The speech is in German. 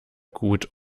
gut